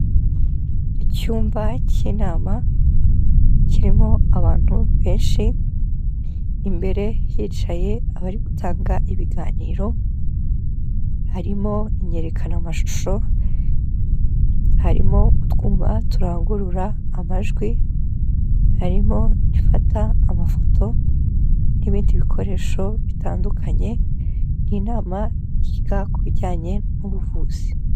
Icyumba k'inama, kirimo abantu benshi imbere hicaye abari gutanga ibiganiro, harimo inyerekanamashusho, harimo utwuma turangurura amajwi, harimo ifata amafoto n'ibindi bikoresho bitandukanye, ni inama yiga ku bijyanye n'ubuvuzi.